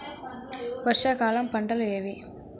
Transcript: వర్షాకాలం పంటలు ఏవి?